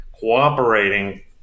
cooperating